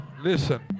Listen